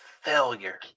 failure